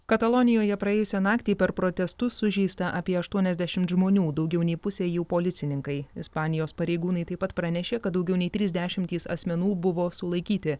katalonijoje praėjusią naktį per protestus sužeista apie aštuoniasdešimt žmonių daugiau nei pusė jų policininkai ispanijos pareigūnai taip pat pranešė kad daugiau nei trys dešimtys asmenų buvo sulaikyti